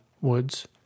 woods